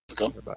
Okay